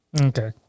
Okay